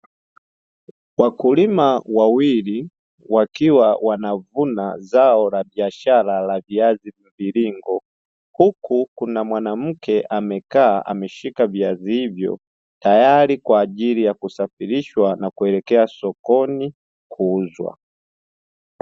Wakulima wawili wakiwa wanavuna zao la biashara la viazi mviringo. Huku kuna mwanamke amekaa ameshika viazi hivyo, tayari kwa ajili ya kusafirishwa kuelekea sokoni kuuzwa.